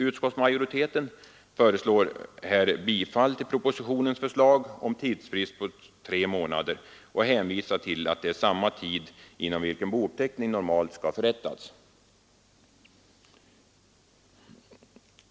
Utskottsmajoriteten yrkar bifall till propositionens förslag om tidsfrist på tre månader och hänvisar till att det är samma tid inom vilken bouppteckning normalt skall ha upprättats.